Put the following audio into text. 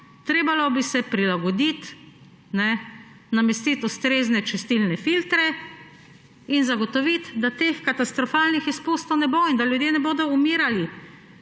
prilagoditi bi se morali, namestiti ustrezne čistilne filtre in zagotoviti, da teh katastrofalnih izpustov ne bo in da ljudje ne bodo umirali.